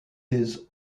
des